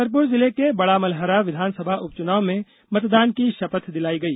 छतरपुर जिले के बड़ामलहरा विधानसभा उपचुनाव में मतदान की शपथ दिलाई गई